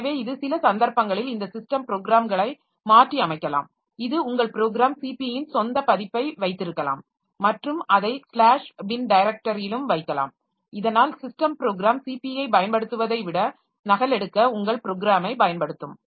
எனவே இது சில சந்தர்ப்பங்களில் இந்த சிஸ்டம் ப்ரோக்ராம்களை மாற்றியமைக்கலாம் இது உங்கள் ப்ரோக்ராம் cp ன் சொந்த பதிப்பை வைத்திருக்கலாம் மற்றும் அதை ஸ்லாஷ் பின் டைரக்டரியிலும் வைக்கலாம் இதனால் சிஸ்டம் ப்ரோக்ராம் cp யைப் பயன்படுத்துவதை விட நகலெடுக்க உங்கள் ப்ரோக்ராமைப் பயன்படுத்தும்